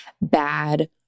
bad